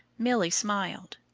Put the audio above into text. milly smiled.